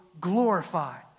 glorified